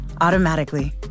automatically